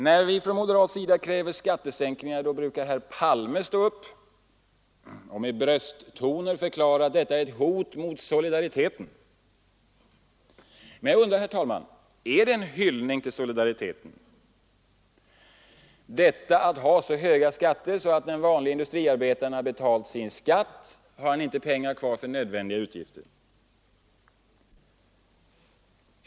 När vi från moderat sida kräver skattesänkningar brukar herr Palme stå upp och med brösttoner förklara att detta är ett hot mot solidariteten. Men jag undrar, herr talman: Är det en hyllning till solidariteten att ha så höga skatter att den vanlige industriarbetaren när han betalt sin skatt inte har pengar kvar till nödvändiga utgifter?